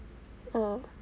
oh